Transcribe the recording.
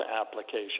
application